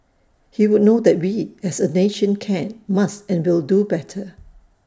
he would know that we as A nation can must and will do better